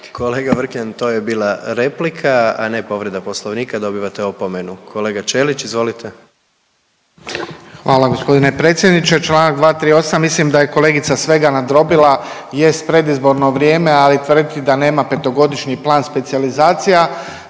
Kolega Vrkljan to je bila replika, a ne povreda Poslovnika, dobivate opomenu. Kolega Ćelić, izvolite. **Ćelić, Ivan (HDZ)** Hvala gospodine predsjedniče. Članak 238., mislim da je kolegica svega nadrobila, jest predizborno vrijeme ali tvrditi da nema petogodišnji plan specijalizacija,